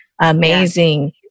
amazing